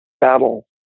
battle